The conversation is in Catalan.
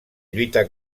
lluita